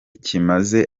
kimaze